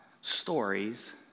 stories